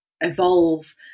evolve